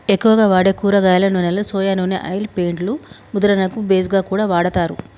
ఎక్కువగా వాడే కూరగాయల నూనెలో సొయా నూనె ఆయిల్ పెయింట్ లు ముద్రణకు బేస్ గా కూడా వాడతారు